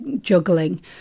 juggling